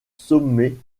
sommet